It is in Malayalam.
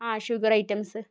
ആ ഷുഗർ ഐറ്റംസ്